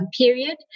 period